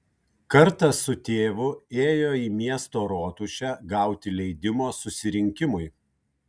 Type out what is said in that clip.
kartą su tėvu ėjo į miesto rotušę gauti leidimo susirinkimui